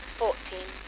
fourteen